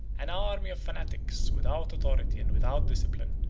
an army of fanatics, without authority, and without discipline,